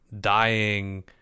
dying